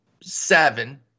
seven